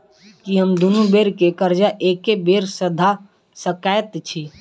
की हम दुनू बेर केँ कर्जा एके बेर सधा सकैत छी?